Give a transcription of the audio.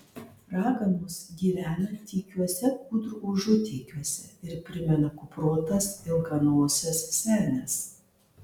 raganos gyvena tykiuose kūdrų užutėkiuose ir primena kuprotas ilganoses senes